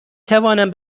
توانم